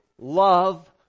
love